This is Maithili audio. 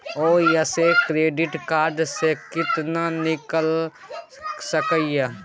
ओयसे क्रेडिट कार्ड से केतना निकाल सकलियै?